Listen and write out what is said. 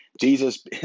Jesus